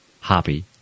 happy